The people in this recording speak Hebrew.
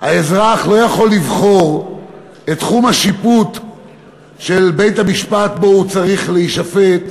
האזרח לא יכול לבחור את תחום השיפוט של בית-המשפט שבו הוא צריך להישפט,